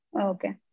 Okay